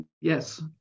Yes